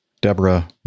Deborah